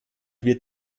wird